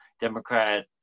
Democrat